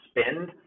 spend